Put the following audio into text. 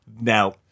now